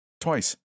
Twice